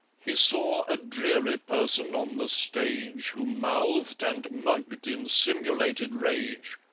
he saw a dreary person on the stage, who mouthed and mugged in simulated rage,